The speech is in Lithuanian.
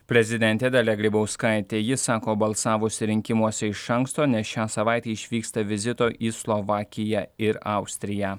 prezidentė dalia grybauskaitė ji sako balsavusi rinkimuose iš anksto nes šią savaitę išvyksta vizito į slovakiją ir austriją